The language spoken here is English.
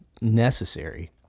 necessary